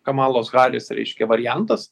kamalos haris reiškia variantas